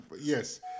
yes